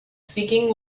seeking